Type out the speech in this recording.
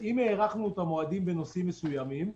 אם הארכנו את המועדים בנושאים מסוימים,